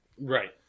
right